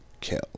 Kill